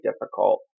difficult